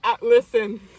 listen